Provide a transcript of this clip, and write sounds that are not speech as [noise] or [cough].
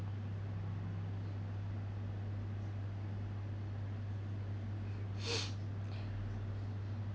[noise]